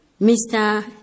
Mr